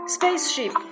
Spaceship